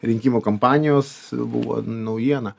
rinkimų kampanijos buvo naujiena